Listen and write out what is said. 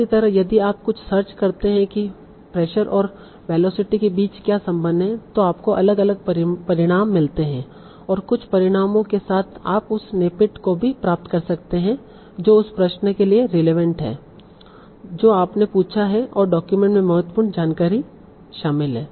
इसी तरह यदि आप कुछ सर्च करते हैं कि प्रेशर और वेलोसिटी के बीच क्या संबंध है तो आपको अलग अलग परिणाम मिलते हैं और कुछ परिणामों के साथ आप उस स्निपेट को भी प्राप्त कर सकते हैं जो उस प्रश्न के लिए रिलेवेंट है जो आपने पूछा है और डॉक्यूमेंट में महत्वपूर्ण जानकारी शामिल है